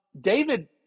David